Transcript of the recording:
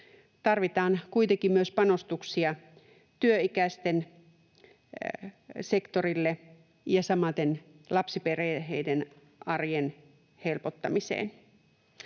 Tarvitaan kuitenkin myös panostuksia työikäisten sektorille ja samaten lapsiperheiden arjen helpottamiseen.